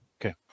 Okay